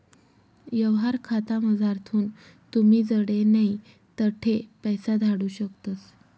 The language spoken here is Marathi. यवहार खातामझारथून तुमी जडे नै तठे पैसा धाडू शकतस